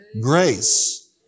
Grace